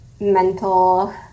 mental